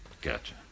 Gotcha